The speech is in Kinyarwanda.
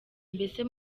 mbese